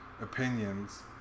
opinions